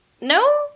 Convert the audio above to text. no